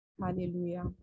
Hallelujah